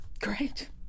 Great